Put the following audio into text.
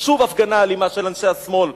שוב הפגנה אלימה של אנשי השמאל,